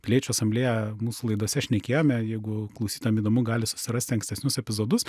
piliečių asamblėją mūsų laidose šnekėjome jeigu klausytojam įdomu gali susirasti ankstesnius epizodus